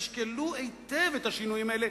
תשקלו היטב את השינויים האלה,